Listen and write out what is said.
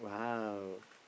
!wow!